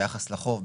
ביחס לחוב,